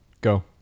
Go